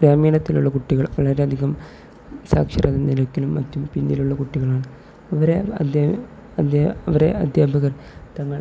ഗ്രാമീണത്തിലുള്ള കുട്ടികൾ വളരെയധികം സാക്ഷരത നിരക്കിനും മറ്റും പിന്നിലുള്ള കുട്ടികളാണ് അവരെ അധ്യയ അധ്യയ അവരെ അദ്ധ്യാപകർ തങ്ങൾ